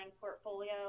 portfolio